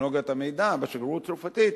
וטכנולוגיית המידע בשגרירות הצרפתית,